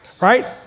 right